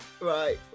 Right